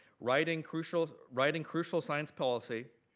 writing crucial writing crucial science policy,